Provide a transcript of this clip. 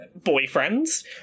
boyfriends